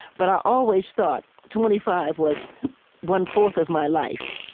but i always thought twenty five was one-fourth of my life,